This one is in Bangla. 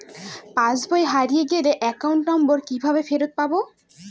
পাসবই হারিয়ে গেলে অ্যাকাউন্ট নম্বর কিভাবে ফেরত পাব?